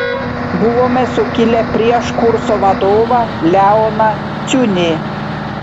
buvome sukilę prieš kurso vadovą leoną ciunį